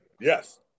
Yes